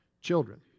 children